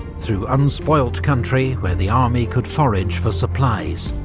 through unspoilt country where the army could forage for supplies.